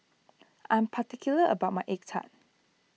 I am particular about my Egg Tart